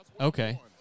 Okay